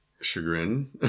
chagrin